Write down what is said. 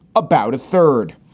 about a third,